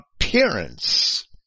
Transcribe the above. appearance